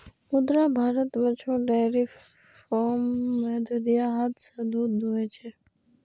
मुदा भारत मे छोट डेयरी फार्म मे दुधिया हाथ सं दूध दुहै छै